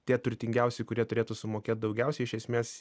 tie turtingiausi kurie turėtų sumokėt daugiausiai iš esmės